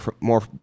more